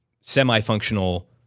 semi-functional